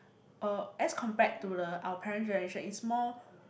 uh as compared to the our parent generation it's more